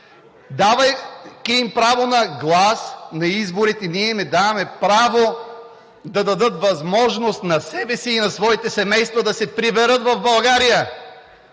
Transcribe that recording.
Давайки им право на глас на изборите, ние им даваме право да дадат възможност на себе си и на своите семейства да се приберат в България.